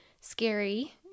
scary